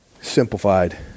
Simplified